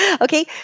Okay